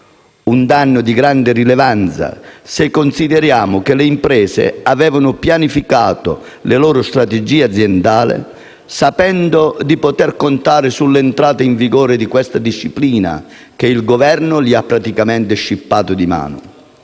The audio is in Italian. un danno di grande rilevanza, se consideriamo che le imprese avevano pianificato le loro strategie aziendali sapendo di poter contare sull'entrata in vigore di questa disciplina, che il Governo ha praticamente scippato loro di mano.